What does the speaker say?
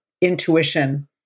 intuition